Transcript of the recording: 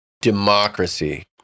democracy